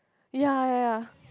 ya ya ya